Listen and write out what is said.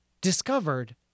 discovered